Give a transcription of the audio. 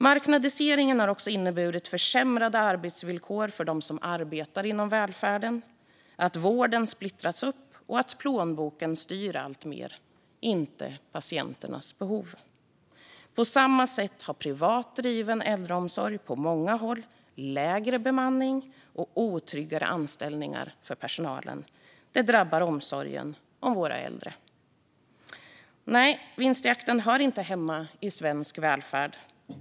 Marknadiseringen har också inneburit att arbetsvillkoren försämrats för dem som arbetar inom välfärden, att vården splittrats upp och att plånboken styr alltmer - inte patienternas behov. På samma sätt har privat driven äldreomsorg på många håll lägre bemanning och otryggare anställningar för personalen. Det drabbar omsorgen om våra äldre. Nej, vinstjakten hör inte hemma i svensk välfärd.